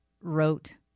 wrote